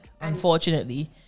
unfortunately